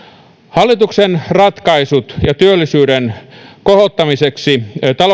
hallituksen ratkaisut talouden ja työllisyyden kohottamiseksi